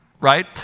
right